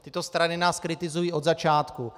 Tyto strany nás kritizují od začátku.